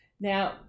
Now